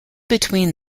between